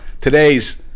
today's